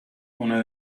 una